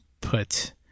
put